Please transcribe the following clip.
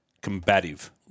combative